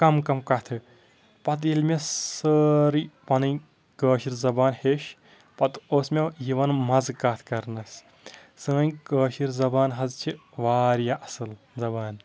کَم کَم کَتھٕ پَتہٕ ییٚلہِ مےٚ سٲرٕے پَنٕنۍ کٲشِر زبان ہیٚچھ پَتہٕ اوس مےٚ یِوان مَزٕ کَتھ کَرنَس سٲنۍ کٲشِر زبان حظ چھِ واریاہ اَصٕل زبان